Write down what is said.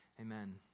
amen